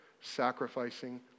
sacrificing